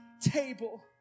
table